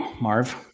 Marv